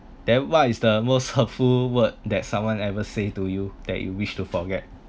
then what is the most hurtful word that someone ever say to you that you wish to forget